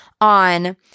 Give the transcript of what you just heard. on